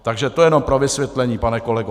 Takže to jenom pro vysvětlení, pane kolego.